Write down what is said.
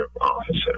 officer